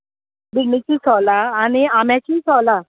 बिंडाचीं सोलां आनी आंब्याचीं सोलां